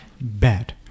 Bad